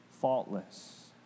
faultless